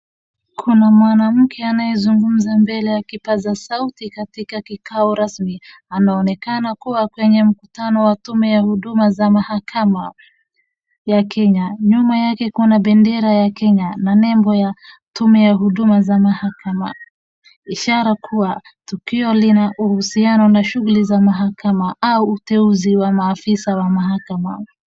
Kuna mwanamke anayezungumza mbele ya kipaza sauti katika kikao rasmi. Anaonekana kuwa kwenye mkutano wa tume za huduma ya mahakama ya Kenya. Nyuma yake kuna bendera ya Kenya na nembo ya tume ya huduma za mahakama, ishala kuwa tukio lina uhusiano na shughuli za mahakama au uteuzi wa maafisa wa mahakama.